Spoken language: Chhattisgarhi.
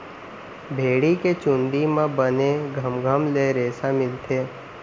भेड़ी के चूंदी म बने घमघम ले रेसा मिलथे